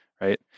right